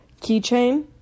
Keychain